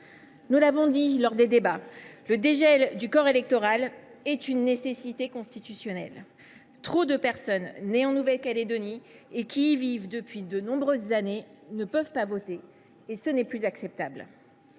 Nous l’avons dit au cours des débats sur ce texte, le dégel du corps électoral est une nécessité constitutionnelle. Trop de personnes nées en Nouvelle Calédonie et qui y vivent depuis de nombreuses années ne peuvent pas voter. Ce n’est plus acceptable.